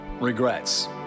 regrets